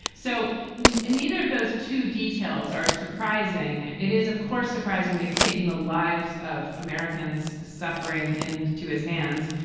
so and and neither of those two details are surprising. it is, of course, surprising that he's taken the lives of americans suffering and into his hands.